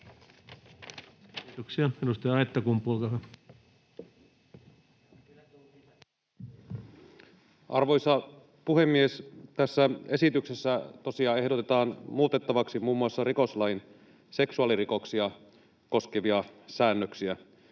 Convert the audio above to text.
Arvoisa puhemies! Tässä esityksessä tosiaan ehdotetaan muutettavaksi muun muassa rikoslain seksuaalirikoksia koskevia säännöksiä.